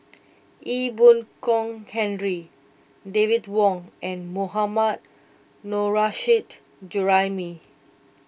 Ee Boon Kong Henry David Wong and Mohammad Nurrasyid Juraimi